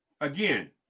again